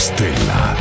Stella